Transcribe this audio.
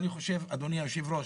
אדוני היושב-ראש,